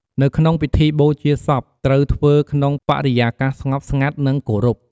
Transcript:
នៅក្នុងពិធីបូជាសពត្រូវធ្វើក្នុងបរិយាកាសស្ងប់ស្ងាត់និងគោរព។